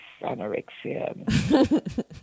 anorexia